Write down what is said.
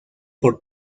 por